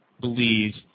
believe